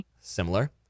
similar